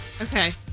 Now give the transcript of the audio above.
Okay